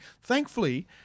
Thankfully